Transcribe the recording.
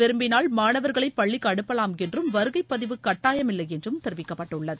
விரும்பினால் மாணவர்களை பள்ளிக்கு அனுப்பலாம் என்றும் பெற்றோர் வருகைப்பதிவு கட்டாயமில்லை என்றும் தெரிவிக்கப்பட்டுள்ளது